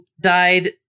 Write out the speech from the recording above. died